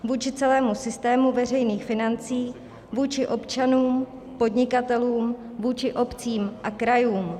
Vůči celému systému veřejných financí, vůči občanům, podnikatelům, vůči obcím a krajům.